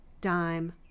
dime